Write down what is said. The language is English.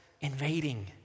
invading